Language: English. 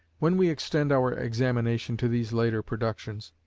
when we extend our examination to these later productions,